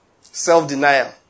Self-denial